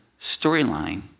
Storyline